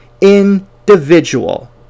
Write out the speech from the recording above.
individual